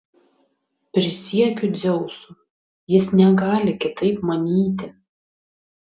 prisiekiu dzeusu jis negali kitaip manyti